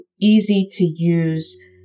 easy-to-use